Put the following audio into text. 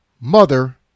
mother